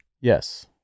Yes